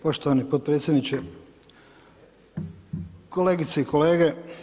Poštovani potpredsjedniče, kolegice i kolege.